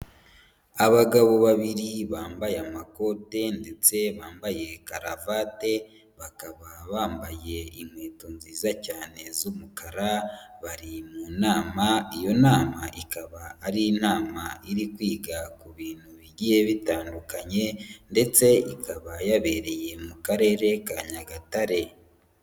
Abagabo babiri bambaye amakode ndetse bambaye karuvate, bakaba bambaye inkweto nziza cyane z'umukara, bari mu nama iyo nama ikaba ari inama iri kwiga ku bintu bigiye bitandukanye ndetse ikaba yabereye mu karere ka Nyagatare.